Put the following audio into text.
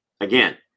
Again